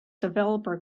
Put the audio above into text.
developer